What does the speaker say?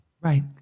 Right